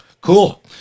Cool